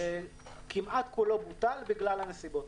שכמעט כולו בוטל בגלל הנסיבות.